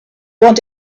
want